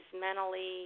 Mentally